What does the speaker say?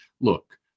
look